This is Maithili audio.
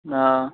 हँ